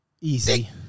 Easy